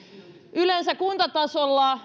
yleensä kuntatasolla